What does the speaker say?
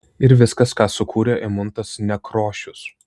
ir viskas ką sukuria eimuntas nekrošius